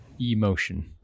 emotion